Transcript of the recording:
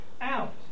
out